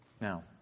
Now